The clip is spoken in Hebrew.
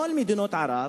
כל מדינות ערב,